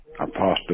Apostle